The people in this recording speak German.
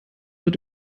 wird